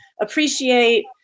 appreciate